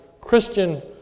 Christian